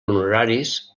honoraris